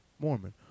mormon